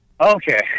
Okay